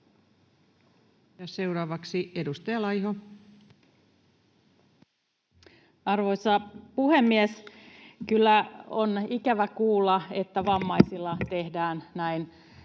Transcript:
Time: 16:55 Content: Arvoisa puhemies! Kyllä on ikävä kuulla, että vammaisilla tehdään näin